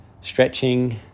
stretching